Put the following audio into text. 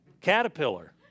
Caterpillar